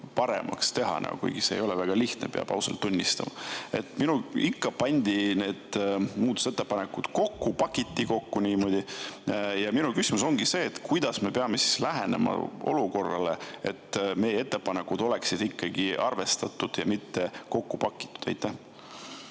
paremaks teha. Kuigi see ei olnud väga lihtne, peab ausalt tunnistama. Ikka pandi need muudatusettepanekud kokku, pakiti kokku. Ja minu küsimus ongi see, et kuidas me peame lähenema olukorrale, et meie ettepanekud saaksid ikkagi arvestatud ja et neid ei pakitaks